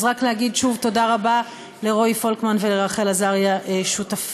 אז רק להגיד שוב תודה רבה לרועי פולקמן ולרחל עזריה שותפי,